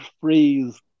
phrase